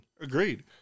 Agreed